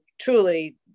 truly